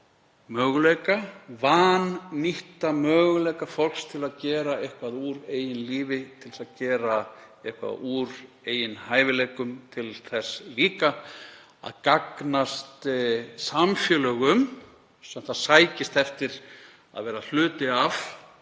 möguleika, vannýtta möguleika fólks til að gera eitthvað úr eigin lífi, til þess að gera eitthvað úr eigin hæfileikum, til þess líka að gagnast samfélögum sem það sækist eftir að verða hluti af.